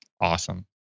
Awesome